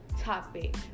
topic